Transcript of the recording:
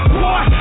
boy